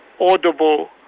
audible